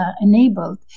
enabled